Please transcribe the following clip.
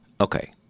okay